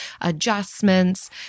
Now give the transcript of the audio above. adjustments